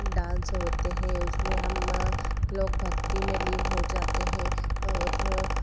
dance होते हैं उसमें हम लोग भक्ति में लीन हो जाते हैं और